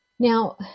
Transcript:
Now